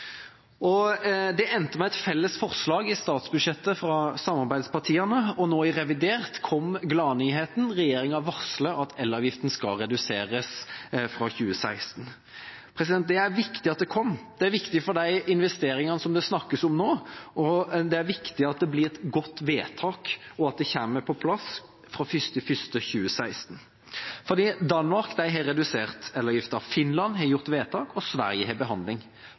nabolands. Det endte med et felles forslag fra samarbeidspartiene i statsbudsjettet, og nå i revidert kom gladnyheten: Regjeringen varsler at elavgiften skal reduseres fra 2016. Det er viktig at dette kom. Det er viktig for de investeringene som det snakkes om nå, det er viktig at det blir et godt vedtak, og at det kommer på plass fra 1. januar 2016, for Danmark har redusert elavgiften, Finland har gjort vedtak, og Sverige har det til behandling.